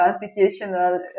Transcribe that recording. constitutional